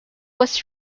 was